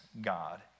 God